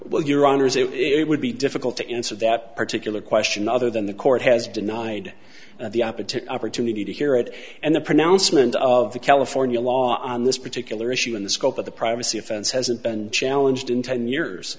is it would be difficult to answer that particular question other than the court has denied the opportunity to need to hear it and the pronouncement of the california law on this particular issue in the scope of the privacy fence hasn't been challenged in ten years